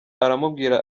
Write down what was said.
aramubwira